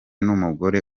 n’umugore